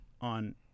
on